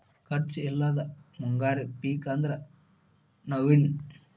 ಖರ್ಚ್ ಇಲ್ಲದ ಮುಂಗಾರಿ ಪಿಕ್ ಅಂದ್ರ ನವ್ಣಿ